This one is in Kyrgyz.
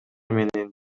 менен